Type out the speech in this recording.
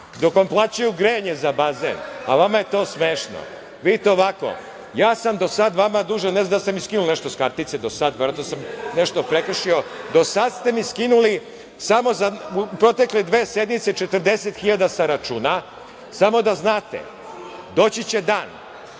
dok vam plaćaju grajanje za bazen. Vama je to smešno. Vidite ovako, ja sam do sada vama dužan, ne znam da li ste mi skinuli nešto sa kartice do sada, verovatno sam nešto prekršio, do sada ste mi skinuli samo za protekle dve sednice 40.000 sa računa. Samo da znate, doći će dan